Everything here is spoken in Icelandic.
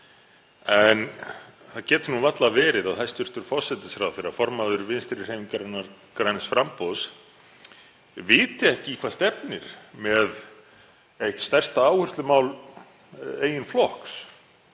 En það getur varla verið að hæstv. forsætisráðherra, formaður Vinstrihreyfingarinnar – græns framboðs, viti ekki í hvað stefni með eitt stærsta áherslumál eigin flokks.